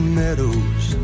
meadows